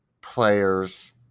players